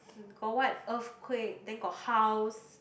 got what earthquake then got house